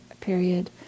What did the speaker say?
period